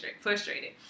frustrated